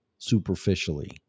Superficially